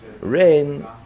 Rain